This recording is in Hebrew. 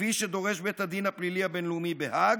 כפי שדורש בית הדין הפלילי הבין-לאומי בהאג.